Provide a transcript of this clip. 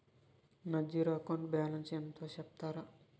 నా zero account balance ఎంతో సెప్తారా?